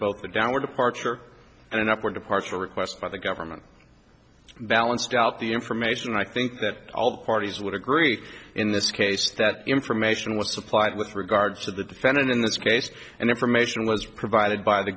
both a downward departure and an upward departure request by the government balanced out the information i think that all parties would agree in this case that information was supplied with regards to the defendant in this case and information was provided by the